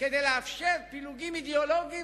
כדי לאפשר פילוגים אידיאולוגיים,